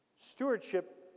stewardship